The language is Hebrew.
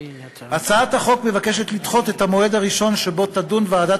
הצעת החוק מבקשת לדחות את המועד הראשון שבו תדון ועדת